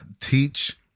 teach